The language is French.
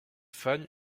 fagnes